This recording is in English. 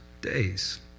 days